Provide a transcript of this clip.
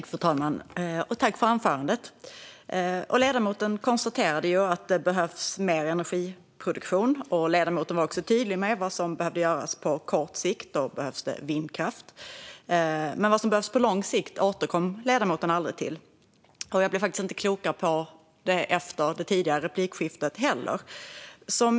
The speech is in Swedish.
Fru talman! Jag tackar för anförandet. Ledamoten konstaterade ju att det behövs mer energiproduktion. Ledamoten var också tydlig med vad som behöver göras på kort sikt. Då behövs det vindkraft. Men vad som behövs på lång sikt återkom ledamoten aldrig till, och jag blev faktiskt inte klokare på det efter det tidigare replikskiftet heller.